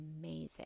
amazing